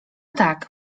tak